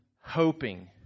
hoping